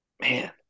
Man